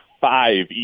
five